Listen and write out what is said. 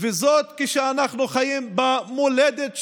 וזאת כשאנחנו חיים במולדת שלנו,